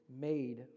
made